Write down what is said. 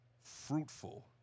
fruitful